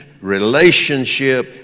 relationship